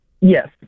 Yes